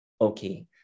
Okay